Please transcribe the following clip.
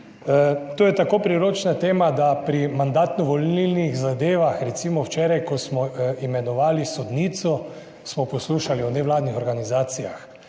To je tako priročna tema, da pri mandatno-volilnih zadevah, recimo, včeraj, ko smo imenovali sodnico smo poslušali o nevladnih organizacijah,